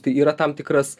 tai yra tam tikras